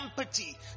empathy